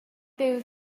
byw